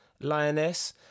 Lioness